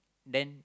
then